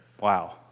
Wow